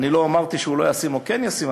לא אמרתי שהוא לא ישים או כן ישים,